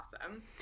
awesome